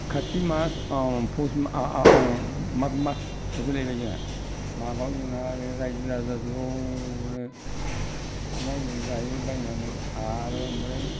खाथि मासआव माद मास सफैलायबाय जोंहा मागआव जोंहा रायजो राजा ज'नो अमा बेदर जायो बायनानै आरो ओमफ्राय